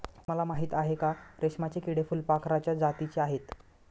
तुम्हाला माहिती आहे का? रेशमाचे किडे फुलपाखराच्या जातीचे आहेत